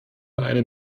eine